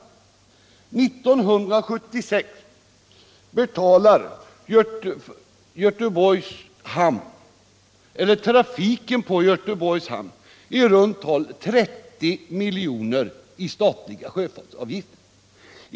År 1976 betalade trafiken på Göteborgs hamn i runt tal 30 miljoner i statliga sjöfartsavgifter.